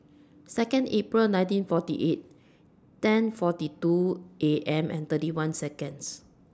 Second April nineteen forty eight ten forty two A M and thirty one Seconds